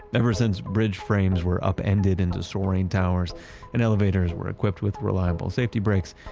ever since bridge frames were upended into soaring towers and elevators were equipped with reliable safety breaks,